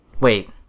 wait